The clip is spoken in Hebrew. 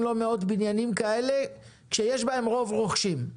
לא במאות בניינים כאלה שיש בהם רוב רוכשים.